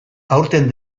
aurten